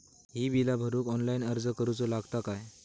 ही बीला भरूक ऑनलाइन अर्ज करूचो लागत काय?